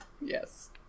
yes